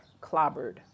clobbered